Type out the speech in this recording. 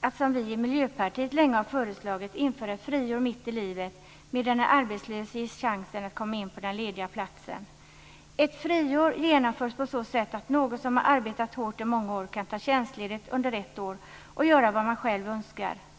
att, som vi i Miljöpartiet länge har föreslagit, införa ett friår mitt i livet, samtidigt som en arbetslös ges chansen att komma in på den lediga platsen. Ett friår genomförs på så sätt att någon som arbetat hårt i många år kan ta tjänstledigt under ett år och göra vad han eller hon själv önskar.